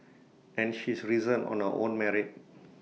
and she's risen on her own merit